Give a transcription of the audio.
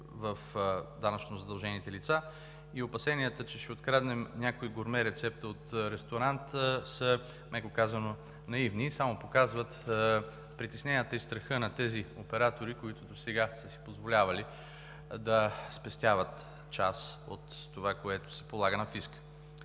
данъчно задължените лица и опасенията, че ще откраднем някоя гурме рецепта от ресторант са меко казано наивни. Те само показват притесненията и страха на тези оператори, които досега са си позволявали да спестяват част от това, което се полага на фиска.